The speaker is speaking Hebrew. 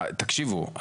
תקשיבו,